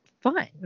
fun